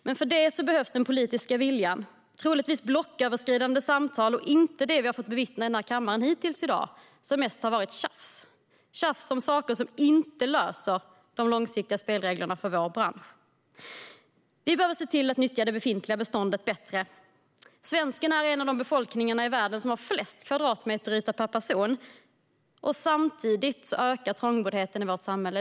Men för det behövs den politiska viljan, troligtvis blocköverskridande samtal och inte det vi har fått bevittna i kammaren hittills i dag, som mest har varit tjafs - tjafs om saker som inte skapar de långsiktiga spelreglerna för branschen. Vi behöver nyttja det befintliga beståndet bättre. Svenskarna är en av de befolkningar i världen som har flest kvadratmeter bostadsyta per person. Samtidigt ökar trångboddheten i vårt samhälle.